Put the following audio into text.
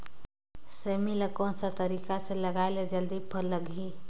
सेमी ला कोन सा तरीका से लगाय ले जल्दी फल लगही?